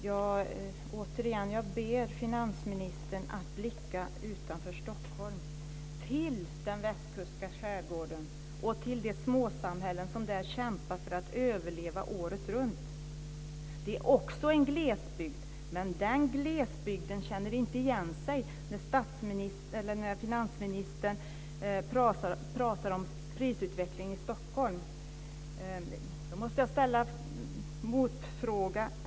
Fru talman! Jag ber återigen finansministern att blicka utanför Stockholm, till den västkustska skärgården och till de småsamhällen som där kämpar för att överleva året runt. Det är också en glesbygd, men den glesbygden känner inte igen sig när finansministern pratar om prisutveckling i Stockholm. Jag måste ställa en motfråga.